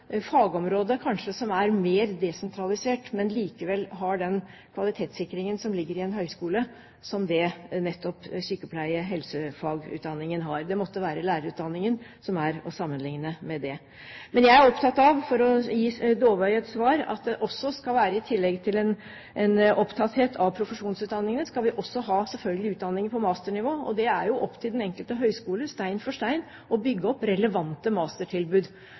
fagområde som er mer desentralisert, men som likevel har den kvalitetssikringen som ligger i en høyskole, enn nettopp sykepleier- og helsefagutdanningen. Det måtte kanskje være lærerutdanningen man kan sammenligne med. For å gi Dåvøy et svar: Jeg er opptatt av at vi i tillegg til profesjonsutdanningene selvfølgelig også skal ha utdanning på masternivå. Det er opp til den enkelte høyskole stein for stein å bygge opp relevante mastertilbud.